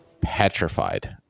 petrified